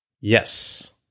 Yes